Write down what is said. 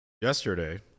yesterday